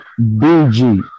BG